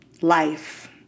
life